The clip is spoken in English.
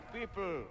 people